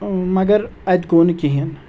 مگر اَتہِ گوٚو نہٕ کِہیٖنۍ